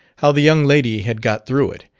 how the young lady had got through it,